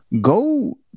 go